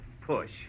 push